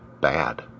bad